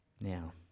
Now